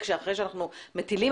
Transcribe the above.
וכמו שאת רשות היחיד אנחנו כל כך מטפחים